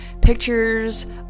pictures